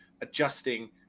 adjusting